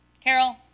Carol